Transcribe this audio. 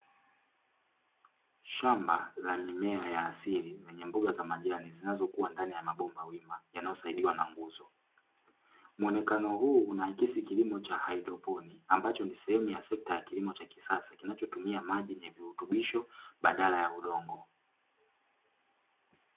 Shamba la mimea ya asili lenye mboga za majani zinazokuwa ndani ya mabomba wima yanayosaidiwa na nguzo. Muonekano huu unaakisi kilimo cha haidroponi ambacho ni sehemu ya sekta ya kilimo cha kisasa kinachotumia maji yenye virutubisho badala ya udongo.